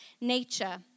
nature